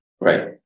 Right